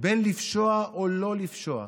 בין לפשוע או לא לפשוע,